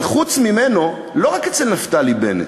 אבל חוץ ממנו, לא רק אצל נפתלי בנט,